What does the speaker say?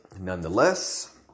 nonetheless